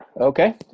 Okay